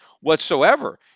whatsoever